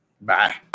Bye